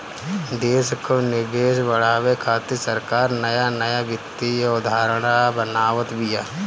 देस कअ निवेश बढ़ावे खातिर सरकार नया नया वित्तीय अवधारणा बनावत बिया